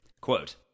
Quote